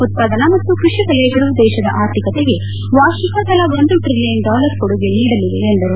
ಉತ್ಸಾದನಾ ಮತ್ತು ಕೃಷಿ ವಲಯಗಳು ದೇಶದ ಆರ್ಥಿಕತೆಗೆ ವಾರ್ಷಿಕ ತಲಾ ಒಂದು ಟಿಲಿಯನ್ ಡಾಲರ್ ಕೊಡುಗೆ ನೀಡಲಿವೆ ಎಂದರು